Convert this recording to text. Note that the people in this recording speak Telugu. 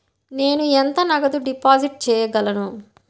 నేను ఎంత నగదు డిపాజిట్ చేయగలను?